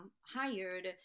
hired